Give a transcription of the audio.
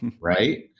right